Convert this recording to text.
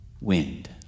wind